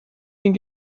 den